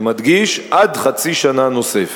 אני מדגיש: עד חצי שנה נוספת.